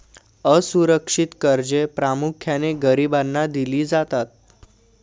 असुरक्षित कर्जे प्रामुख्याने गरिबांना दिली जातात